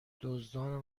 دزدان